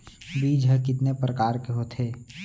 बीज ह कितने प्रकार के होथे?